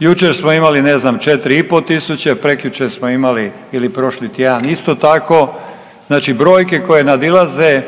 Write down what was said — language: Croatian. jučer smo imali ne znam 4500, prekjučer smo imali ili prošli tjedan isto tako, znači brojke koje nadizale